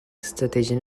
strateji